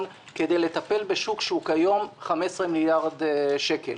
כדי לטפל בשוק שהוא כיום 15 מיליארד שקל